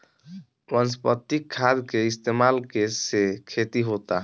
वनस्पतिक खाद के इस्तमाल के से खेती होता